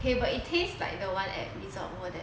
but it taste like the one at resort world that